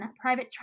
Private